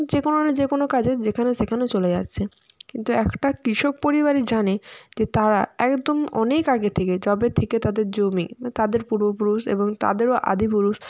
যে কোনও যে কোনও কাজে যেখানে সেখানে চলে যাচ্ছে কিন্তু একটা কৃষক পরিবারই জানে যে তারা একদম অনেক আগে থেকে যবে থেকে তাদের জমি বা তাদের পূর্বপুরুষ এবং তাদেরও আদিপুরুষ